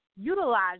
utilize